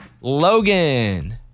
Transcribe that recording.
Logan